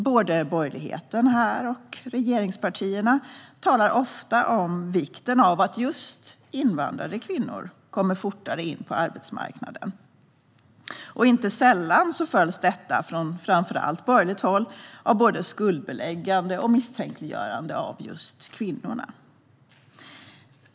Både de borgerliga partierna och regeringspartierna talar ofta om vikten av att just invandrade kvinnor kommer fortare in på arbetsmarknaden. Inte sällan följs detta, framför allt från borgerligt håll, av både skuldbeläggande och misstänkliggörande av just kvinnorna.